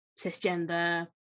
cisgender